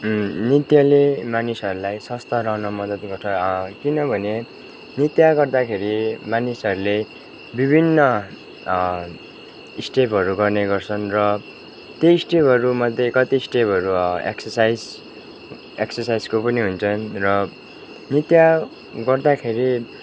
नृत्यले मानिसहरूलाई स्वस्थ रहनु मद्दत गर्छ किनभने नृत्य गर्दाखेरि मानिसहरूले विभिन्न स्टेपरू गर्ने गर्छन् र त्यो स्टेपहरूमध्ये कति स्टेपहरू एक्ससाइज एक्ससाइजको पनि हुन्छन् र नृत्य गर्दाखेरि